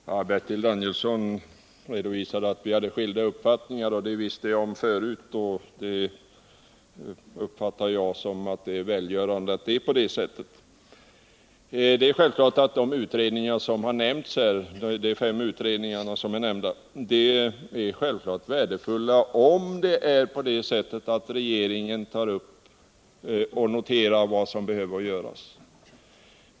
Herr talman! Bertil Danielsson redovisade att vi hade skilda uppfattningar — det visste jag förut. Jag uppfattar det som välgörande att det är på det sättet. Det är självfallet så att de fem utredningar som nämnts är värdefulla, om regeringen noterar vad som behöver göras.